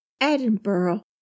Edinburgh